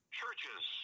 churches